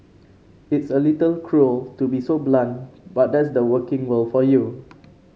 it's a little cruel to be so blunt but that's the working world for you